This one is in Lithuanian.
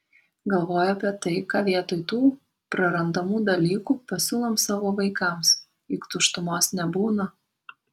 galvoju apie tai ką vietoj tų prarandamų dalykų pasiūlom savo vaikams juk tuštumos nebūna